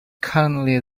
currently